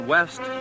West